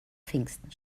pfingsten